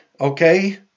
Okay